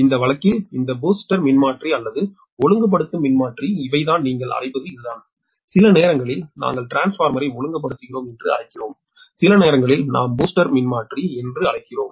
இந்த வழக்கில் இந்த பூஸ்டர் மின்மாற்றி அல்லது ஒழுங்குபடுத்தும் மின்மாற்றி இவைதான் நீங்கள் அழைப்பது இதுதான் சில நேரங்களில் நாங்கள் டிரான்ஸ்பார்மரை ஒழுங்குபடுத்துகிறோம் என்று அழைக்கிறோம் சில நேரங்களில் நாம் பூஸ்டர் மின்மாற்றி என்று அழைக்கிறோம்